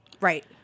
right